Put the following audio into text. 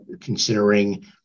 considering